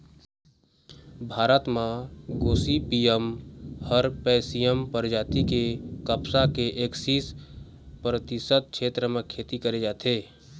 भारत म Gossypium herbaceum परजाति के कपसा के एक्कीस परतिसत छेत्र म खेती करे जाथे